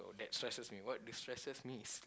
that stresses me what do stresses me